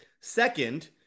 Second